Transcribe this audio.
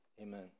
Amen